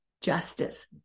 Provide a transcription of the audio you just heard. justice